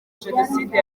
jenoside